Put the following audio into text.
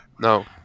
no